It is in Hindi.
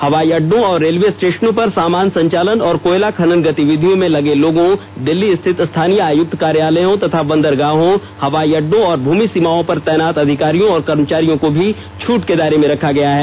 हवाई अड्डों और रेलवे स्टेशनों पर सामान संचालन और कोयला खनन गतिविधियां में लगे लोगों दिल्ली स्थित स्थानीय आयुक्त कार्यालयों तथा बंदरगाहों हवाई अड्डों और भूमि सीमाओं पर तैनात अधिकारियों और कर्मचारियों को भी छूट के दायरे में रखा गया है